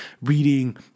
reading